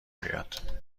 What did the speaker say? بیاد